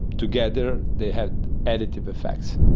together they had additive effects.